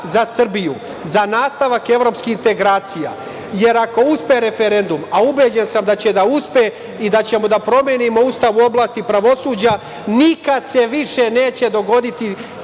za Srbiju, za nastavak evropskih integracija. Jer, ako uspe referendum, a ubeđen sam da će da uspe i da ćemo da promenimo Ustav u oblasti pravosuđa, nikad se više neće dogoditi